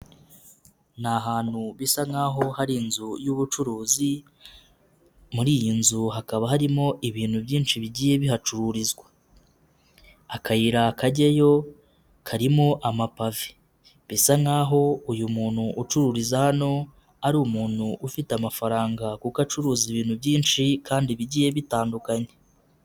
Ni ahantu bisa nkahoa hari inzu y'ubucuruzi, muri iyi nzu hakaba harimo ibintu byinshi bigiye bihacururizwa. Akayirakajyayo karimo amapave. Bisa nkaho uyu muntu ucururiza hano ari umuntu ufite amafaranga kuko acuruza ibintu byinshi kandi bigiye bitandukanye.